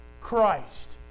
Christ